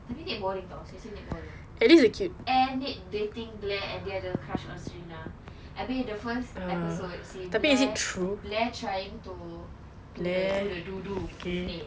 tapi nate boring [tau] seriously nate boring and nate dating blair and dia ada crush on serena abeh the first episode si blair blair trying to go do the do do with nate